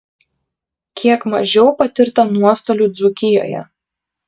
kiek mažiau patirta nuostolių dzūkijoje